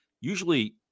usually